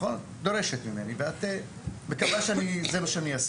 את דורשת ממני ואת מקווה שזה מה שאני אעשה.